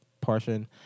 portion